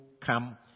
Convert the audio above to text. come